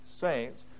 saints